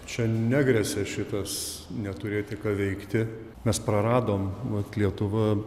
čia negresia šitas neturėti ką veikti mes praradom vat lietuva